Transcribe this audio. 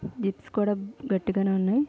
zips కూడా గట్టిగానే ఉన్నాయి